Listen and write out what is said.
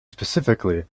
specifically